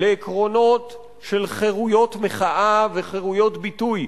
לעקרונות של חירויות מחאה וחירויות ביטוי,